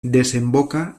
desemboca